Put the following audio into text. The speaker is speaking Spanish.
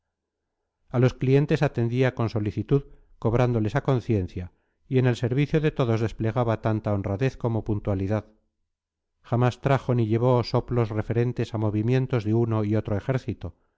a los clientes atendía con solicitud cobrándoles a conciencia y en el servicio de todos desplegaba tanta honradez como puntualidad jamás trajo ni llevó soplos referentes a movimientos de uno y otro ejército